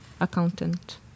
accountant